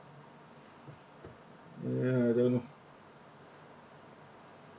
ya don't know